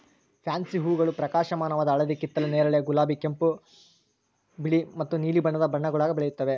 fancy ಹೂಗಳು ಪ್ರಕಾಶಮಾನವಾದ ಹಳದಿ ಕಿತ್ತಳೆ ನೇರಳೆ ಗುಲಾಬಿ ಕಡುಗೆಂಪು ಬಿಳಿ ಮತ್ತು ನೀಲಿ ಬಣ್ಣ ಬಣ್ಣಗುಳಾಗ ಬೆಳೆಯುತ್ತವೆ